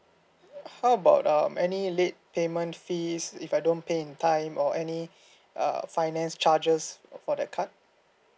how about um any late payment fee is if I don't pay in time or any uh finance charges for that card